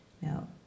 Now